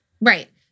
Right